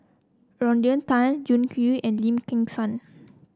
Rodney Tan Jiang Hu and Lim Kim San